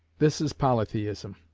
this is polytheism.